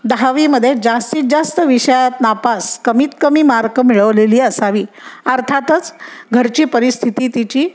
दहावीमध्ये जास्तीत जास्त विषयात नापास कमीत कमी मार्क मिळवलेली असावी अर्थातच घरची परिस्थिती तिची